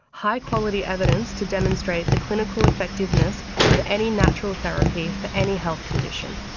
high quality evidence to demonstrate the clinical effectiveness of any natural therapy for any health condition.